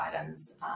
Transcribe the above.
items